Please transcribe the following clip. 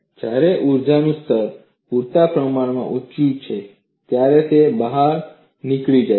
જ્યારે ઊર્જાનું સ્તર પૂરતા પ્રમાણમાં ઊચું હોય છે ત્યારે તે બહાર નીકળી જાય છે